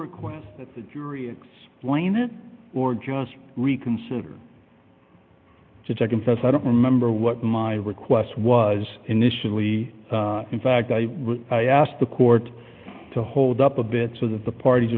request that the jury explain it or just reconsider to check and says i don't remember what my request was initially in fact i asked the court to hold up a bit so that the parties